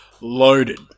loaded